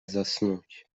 заснуть